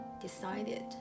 decided